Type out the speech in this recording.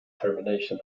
termination